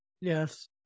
Yes